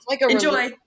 enjoy